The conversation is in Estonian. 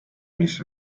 mis